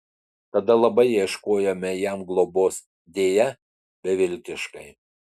tada labai ieškojome jam globos deja beviltiškai